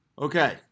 Okay